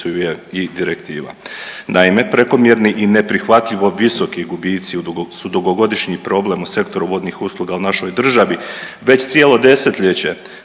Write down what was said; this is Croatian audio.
i direktiva. Naime, prekomjerni i neprihvatljivo visoki gubici su dugogodišnji problem u Sektoru vodnih usluga u našoj državi. Već cijelo desetljeće